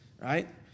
Right